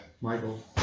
Michael